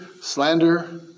slander